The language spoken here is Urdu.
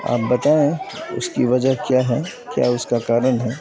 آپ بتائیں اس کی وجہ کیا ہے کیا اس کا کارن ہے